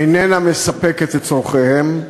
איננה מספקת את צורכיהם,